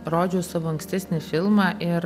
rodžiau savo ankstesnį filmą ir